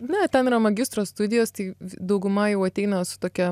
ne ten yra magistro studijos tai dauguma jau ateina su tokia